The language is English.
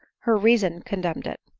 her reason condemned it.